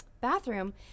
bathroom